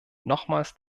nochmals